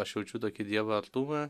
aš jaučiu tokį dievo artumą